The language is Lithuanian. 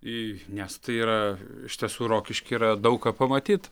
į nes tai yra iš tiesų rokišky yra daug ką pamatyt